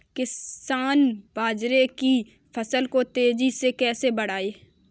किसान बाजरे की फसल को तेजी से कैसे बढ़ाएँ?